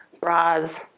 bras